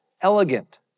elegant